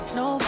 no